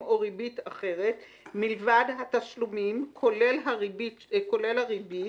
ריבית אחרת, מלבד התשלומים, כולל הריבית,